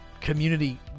community